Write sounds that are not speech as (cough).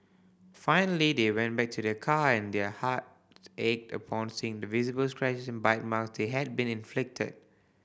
finally they went back to their car and their heart (unintelligible) ached upon seeing the visible scratches and bite mark that had been inflicted